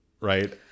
Right